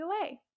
away